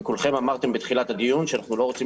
כולכם אמרתם בתחילת הדיון שאנחנו לא רוצים